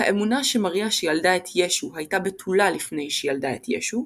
האמונה שמריה שילדה את ישו הייתה בתולה לפני שילדה את ישו.